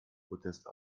protest